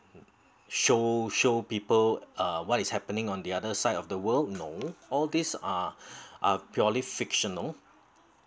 show show people uh what is happening on the other side of the world no all these are are purely fictional